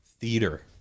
theater